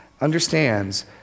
understands